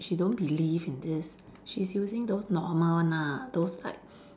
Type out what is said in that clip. she don't believe in this she's using those normal one ah those like